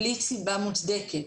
בלי סיבה מוצדקת,